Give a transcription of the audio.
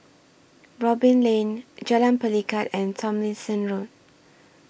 Robin Lane Jalan Pelikat and Tomlinson Road